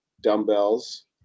dumbbells